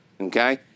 okay